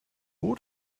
ought